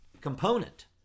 component